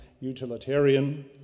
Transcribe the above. utilitarian